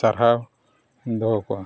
ᱥᱟᱨᱦᱟᱣ ᱫᱚᱦᱚ ᱠᱚᱣᱟ